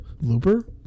Looper